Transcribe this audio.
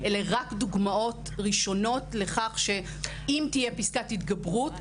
אלה רק דוגמאות ראשונות לכך שאם תהיה פסקת התגברות,